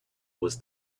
was